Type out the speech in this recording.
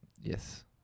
Yes